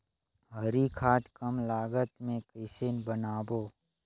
हरी खाद कम लागत मे कइसे बनाबो?